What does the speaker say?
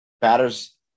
batters